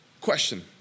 Question